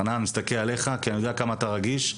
חנן, אני מסתכל אליך כי אני יודע כמה אתה רגיש.